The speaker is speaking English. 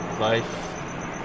life